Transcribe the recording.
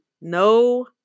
No